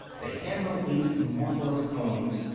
they handle these marvelous combs,